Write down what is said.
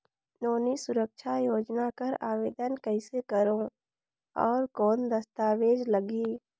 नोनी सुरक्षा योजना कर आवेदन कइसे करो? और कौन दस्तावेज लगही?